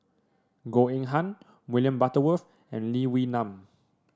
Goh Eng Han William Butterworth and Lee Wee Nam